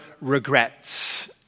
regrets